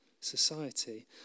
society